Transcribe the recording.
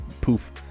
Poof